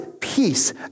peace